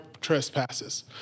trespasses